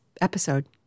episode